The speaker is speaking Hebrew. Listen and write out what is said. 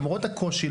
למרות הקושי,